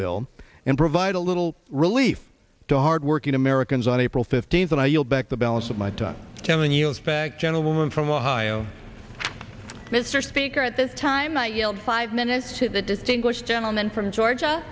bill and provide a little relief to hard working americans on april fifteenth and i yield back the balance of my time telling you a fact gentleman from ohio mr speaker at this time not yield five minutes to the distinguished gentleman from georgia